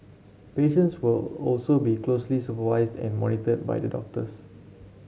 patients will also be closely supervised and monitored by the doctors